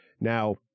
Now